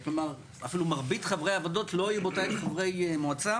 כלומר אפילו מרבית חברי הוועדות לא היו באותה עת חברי מועצה